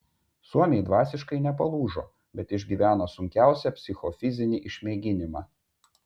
suomiai dvasiškai nepalūžo bet išgyveno sunkiausią psichofizinį išmėginimą